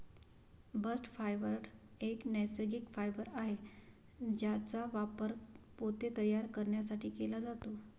bast fibre एक नैसर्गिक fibre आहे ज्याचा वापर पोते तयार करण्यासाठी केला जातो